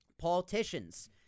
politicians